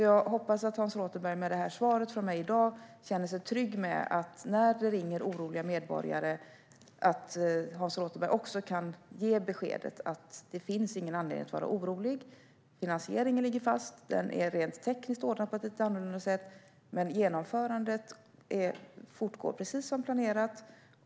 Jag hoppas att Hans Rothenberg i och med det här svaret från mig i dag känner sig trygg med att ge beskedet när oroliga medborgare ringer att det inte finns någon anledning att vara orolig. Finansieringen ligger fast. Den är rent tekniskt ordnad på ett lite annorlunda sätt, men genomförandet fortgår precis som planerat.